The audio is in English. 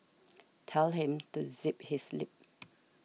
tell him to zip his lip